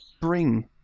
bring